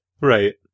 Right